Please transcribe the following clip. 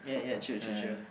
ya ya chill chill chill